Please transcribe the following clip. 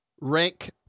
rank